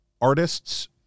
artists